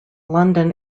london